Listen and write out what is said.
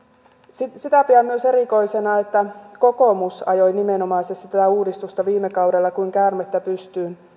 myös sitä pidän erikoisena että kokoomus nimenomaisesti ajoi tätä uudistusta viime kaudella kuin käärmettä pyssyyn